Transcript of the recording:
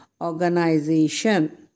Organization